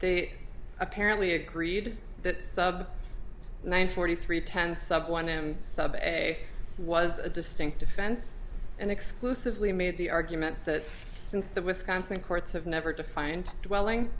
they apparently agreed that sub nine forty three tenths of one m subway was a distinct offense and exclusively made the argument that since the wisconsin courts have never defined dwelling